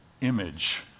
image